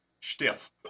Stiff